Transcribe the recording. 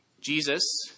Jesus